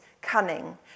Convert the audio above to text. cunning